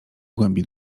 głębi